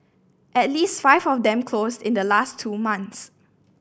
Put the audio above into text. at least five of them closed in the last two months